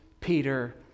Peter